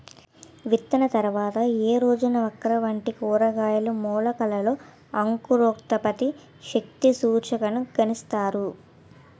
విత్తిన తర్వాత ఏ రోజున ఓక్రా వంటి కూరగాయల మొలకలలో అంకురోత్పత్తి శక్తి సూచికను గణిస్తారు?